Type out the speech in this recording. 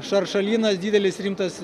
šaršalynas didelis rimtas